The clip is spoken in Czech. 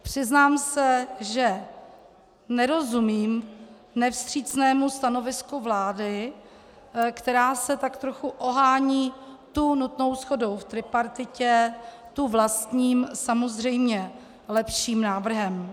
Přiznám se, že nerozumím nevstřícnému stanovisku vlády, která se tak trochu ohání tu nutnou shodou v tripartitě, tu vlastním, samozřejmě lepším návrhem.